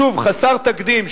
שוב חסר תקדים,